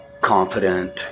confident